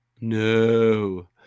no